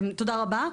תודה רבה.